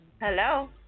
Hello